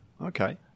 Okay